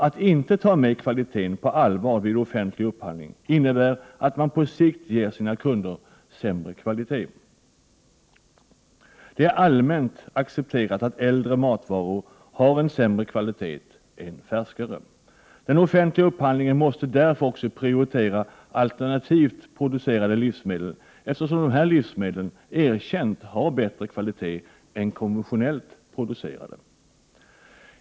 Att inte ta kvaliteten på allvar vid offentlig upphandling innebär att man på sikt ger sina kunder sämre kvalitet. Det är allmänt accepterat att äldre matvaror har en sämre kvalitet än färsk mat. Man måste därför i den offentliga upphandlingen prioritera alternativt producerade livsmedel. Dessa livsmedel har erkänt bättre kvalitet än konventionellt producerade livsmedel.